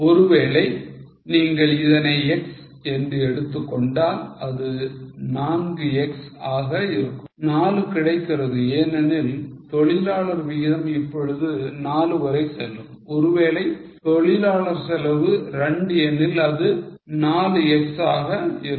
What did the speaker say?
ஒருவேளை நீங்கள் இதனை x என எடுத்துக் கொண்டால் அது 4 x ஆக இருக்கும் 4 கிடைக்கிறது ஏனெனில் தொழிலாளர் விகிதம் இப்பொழுது 4 வரை செல்லும் ஒருவேளை தொழிலாளர் செலவு 2 எனில் அது 4 x ஆக இருக்கும்